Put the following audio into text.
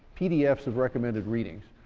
pdfs of recommended readings.